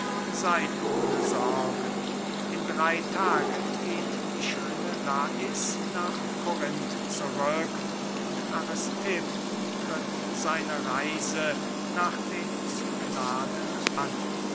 seyd ohne sorgen in drey tagen geht die schöne lais nach korinth zurück und aristipp tritt seine reise nach den cykladen an